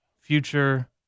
future